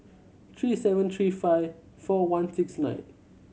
three seven three five four one six nine